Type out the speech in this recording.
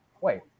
wait